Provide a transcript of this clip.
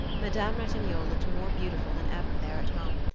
madame ratignolle looked more beautiful than ever there at home,